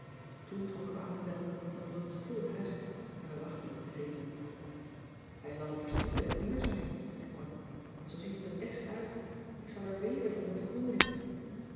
toen trokken we aan de bel want het was een stil huis en we wachten met z'n zevenen hij zal wel verschrikkelijk duur zijn zei connie want zoo ziet het er echt uit ik zal er weken voor moeten